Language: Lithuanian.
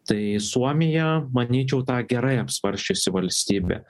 tai suomija manyčiau tą gerai apsvarsčiusi valstybė